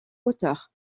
hauteur